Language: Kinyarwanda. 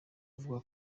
avuga